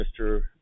Mr